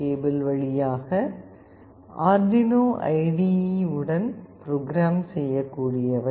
cable வழியாக Arduino IDE உடன் program செய்யக்கூடியவை